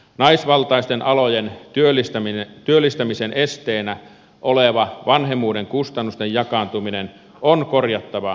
naisvaltaisten alojen työllistämisen esteenä oleva vanhemmuuden kustannusten jakaantuminen on korjattava oikeudenmukaiseksi